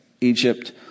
Egypt